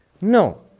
No